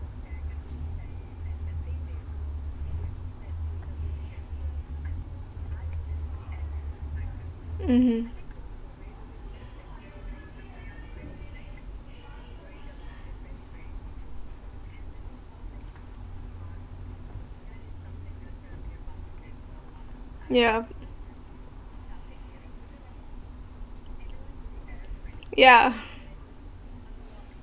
mmhmm yeah yeah